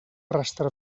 rastre